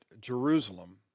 Jerusalem